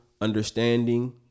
understanding